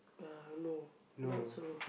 uh no not so